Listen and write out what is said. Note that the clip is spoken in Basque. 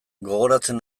gogoratzen